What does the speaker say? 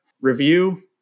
review